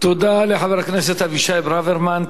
תודה לחבר הכנסת אבישי ברוורמן.